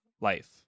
life